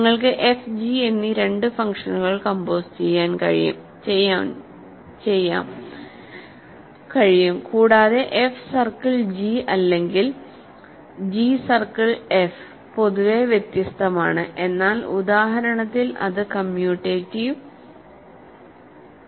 നിങ്ങൾക്ക് F G എന്നീ രണ്ട് ഫംഗ്ഷനുകൾ കംപോസ് ചെയ്യാൻ കഴിയും കൂടാതെ എഫ് സർക്കിൾ ജി അല്ലെങ്കിൽ ജി സർക്കിൾ എഫ് പൊതുവേ വ്യത്യസ്തമാണ് എന്നാൽ ഈ ഉദാഹരണത്തിൽ അത് കമ്മ്യൂട്ടേറ്റീവ് ആണ്